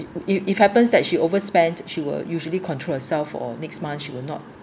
if it happens that she overspent she will usually control herself for next month she will not